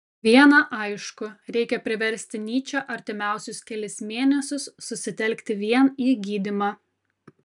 viena aišku reikia priversti nyčę artimiausius kelis mėnesius susitelkti vien į gydymą